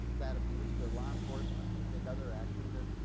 that abuse to law enforcement and take other actions are